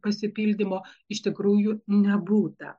pasipildymo iš tikrųjų nebūta